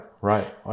right